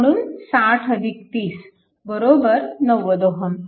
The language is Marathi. म्हणून 60 30 90Ω